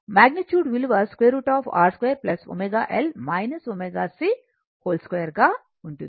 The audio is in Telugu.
మగ్నిట్యూడ్ విలువ √ R 2 ω L ω C 2 గా ఉంటుంది